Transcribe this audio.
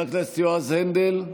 חבר הכנסת יועז הנדל,